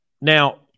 now